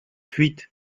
fuite